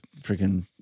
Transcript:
freaking